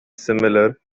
similar